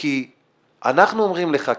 כי אנחנו אומרים לך,